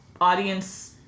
audience